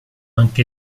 anche